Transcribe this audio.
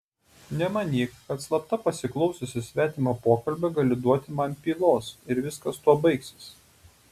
nemanyk kad slapta pasiklausiusi svetimo pokalbio gali duoti man pylos ir viskas tuo baigsis